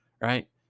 right